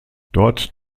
dort